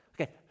Okay